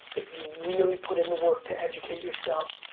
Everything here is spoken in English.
if you really put in the work to educate yourself.